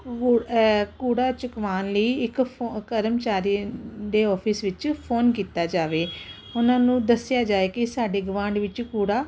ਕੂੜਾ ਚੁਕਵਾਉਣ ਲਈ ਇੱਕ ਫੋ ਕਰਮਚਾਰੀ ਦੇ ਆਫਿਸ ਵਿੱਚ ਫੋਨ ਕੀਤਾ ਜਾਵੇ ਉਹਨਾਂ ਨੂੰ ਦੱਸਿਆ ਜਾਏ ਕਿ ਸਾਡੀ ਗਆਂਢ ਵਿੱਚ ਕੂੜਾ